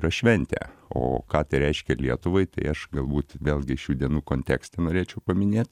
yra šventė o ką reiškia lietuvai tai aš galbūt vėlgi šių dienų kontekste norėčiau paminėt